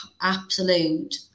absolute